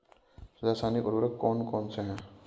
रासायनिक उर्वरक कौन कौनसे हैं?